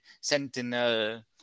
Sentinel